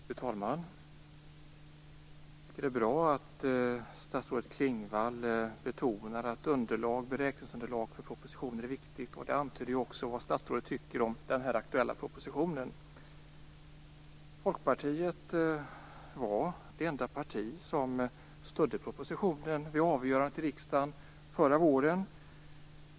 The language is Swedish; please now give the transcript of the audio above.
Fru talman! Jag tycker att det är bra att statsrådet Klingvall betonar att det är viktigt med beräkningsunderlag för propositioner. Det antyder ju också vad statsrådet tycker om den här aktuella propositionen. Folkpartiet var det enda parti som stödde propositionen vid avgörandet i riksdagen förra våren.